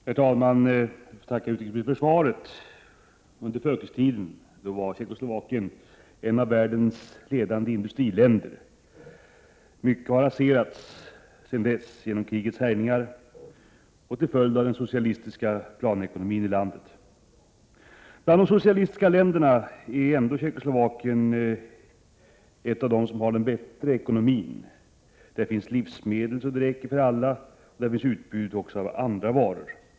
Herr talman! Jag tackar utrikesministern för svaret. Under förkrigstiden var Tjeckoslovakien ett av världens ledande industriländer. Mycket har raserats sedan dess genom krigets härjningar och till följd av den socialistiska planekonomin i landet. Bland de socialistiska länderna är Tjeckoslovakien ändå ett av dem som har den bättre ekonomin. Där finns livsmedel så att det räcker för alla, och där finns också ett utbud av andra varor.